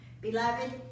Beloved